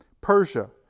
Persia